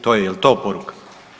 To je, je li to poruka?